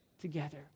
together